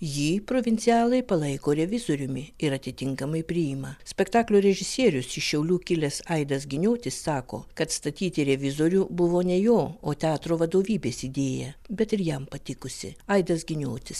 jį provincialai palaiko revizoriumi ir atitinkamai priima spektaklio režisierius iš šiaulių kilęs aidas giniotis sako kad statyti revizorių buvo ne jo o teatro vadovybės idėja bet ir jam patikusi aidas giniotis